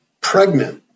pregnant